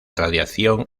radiación